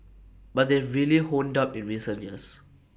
but they've really honed up in recent years